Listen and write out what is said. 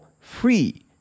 free